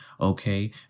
okay